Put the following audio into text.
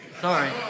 sorry